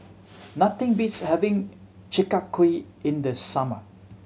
nothing beats having Chi Kak Kuih in the summer